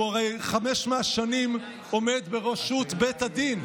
הוא הרי חמש שנים עומד בראשות בית הדין.